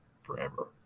forever